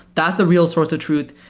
that s the real source of truth,